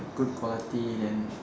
good quality then